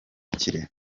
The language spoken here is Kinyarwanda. kirehe